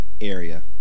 area